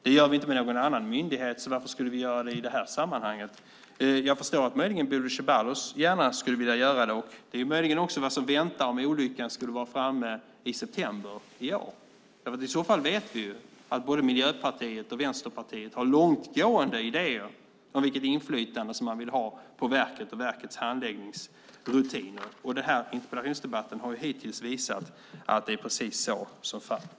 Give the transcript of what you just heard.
Det gör vi inte med någon annan myndighet så varför skulle vi göra det i det här sammanhanget? Jag förstår att Bodil Ceballos möjligen gärna skulle vilja göra det. Det är möjligen också vad som väntar om olyckan skulle vara framme i september i år. I så fall vet vi att både Miljöpartiet och Vänsterpartiet har långtgående idéer om vilket inflytande som man vill ha på verket och verkets handläggningsrutiner. Den här interpellationsdebatten har ju hittills visat att det är precis det som är fallet.